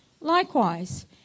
Likewise